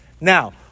Now